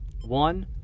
one